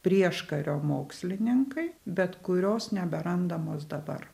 prieškario mokslininkai bet kurios neberandamos dabar